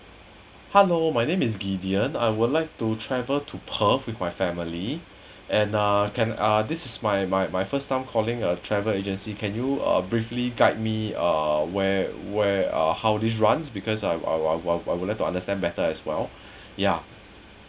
hello my name is gideon I would like to travel to perth with my family and uh can uh this is my my my first time calling a travel agency can you uh briefly guide me uh where where uh how this runs because I'd I'd I'd I would like to understand better as well ya